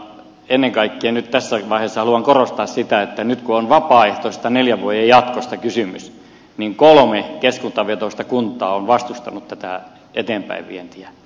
ennen kaikkea nyt tässä vaiheessa haluan korostaa sitä että nyt kun on vapaaehtoisesta neljän vuoden jatkosta kysymys niin kolme keskustavetoista kuntaa on vastustanut tätä eteenpäinvientiä